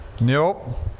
nope